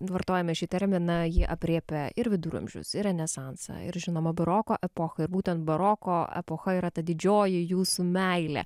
vartojame šį terminą ji aprėpia ir viduramžius renesansą ir žinoma baroko epochą ir būtent baroko epocha yra ta didžioji jūsų meilė